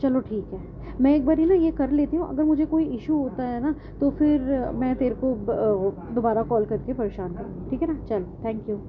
چلو ٹھیک ہے میں ایک باری یہ نا یہ کر لیتی ہوں اگر مجھے کوئی ایشو ہوتا ہے نا تو پھر میں تیرے کو دوبارہ کال کرتی ہوں پریشان کرونگی ٹھیک ہے نا چل تھینک یو